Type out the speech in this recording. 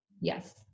Yes